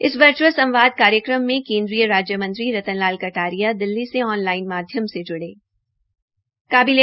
इस वर्घ्अल संवाद कार्यक्रम में केन्द्रीय राजय मंत्री रतन लाल कटारिया दिल्ली से ऑनलाइन माध्यम से जुड़े